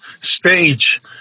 stage